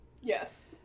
Yes